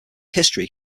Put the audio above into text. history